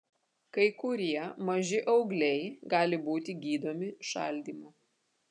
kai kurie maži augliai gali būti gydomi šaldymu